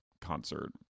concert